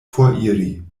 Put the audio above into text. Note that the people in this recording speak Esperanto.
foriri